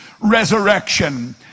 resurrection